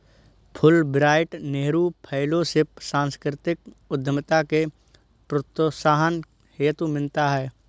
Fulbright Nehru fellowship सांस्कृतिक उद्यमिता के प्रोत्साहन हेतु मिलता है